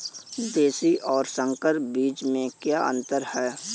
देशी और संकर बीज में क्या अंतर है?